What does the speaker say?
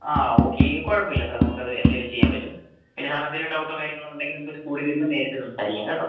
ആ ഓക്കേ കൊഴപ്പില്ലാ സാർ നമുക്കത് എന്തെങ്കിലും ചെയ്യാൻ പറ്റും പിന്നേ സാറ് എന്തെങ്കിലും ഡൗട്ടോ കാര്യങ്ങളോ ഉണ്ടെങ്കീ നമുക്ക് സ്കൂളിൽ വരുമ്പം നേരിട്ട് സംസാരിക്കാം കേട്ടോ